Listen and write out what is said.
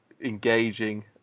engaging